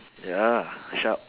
ya sharp